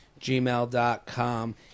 gmail.com